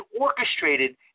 orchestrated